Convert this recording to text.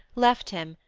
left him,